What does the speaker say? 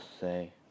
say